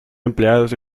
empleados